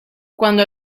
cuando